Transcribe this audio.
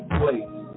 place